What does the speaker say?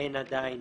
אין עדיין